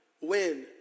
Win